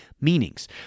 meanings